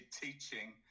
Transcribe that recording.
teaching